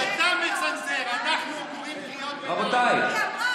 זה קריאות הביניים.